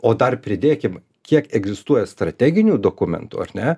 o dar pridėkim kiek egzistuoja strateginių dokumentų ar ne